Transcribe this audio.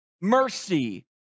mercy